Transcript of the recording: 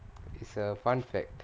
it is a fun fact